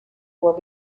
will